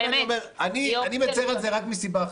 ולכן אני אומר שאני מצר על זה רק מסיבה אחת,